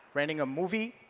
renting a movie,